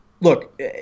Look